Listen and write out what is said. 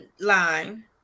line